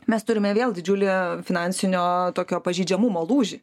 mes turime vėl didžiulį finansinio tokio pažeidžiamumo lūžį